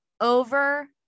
over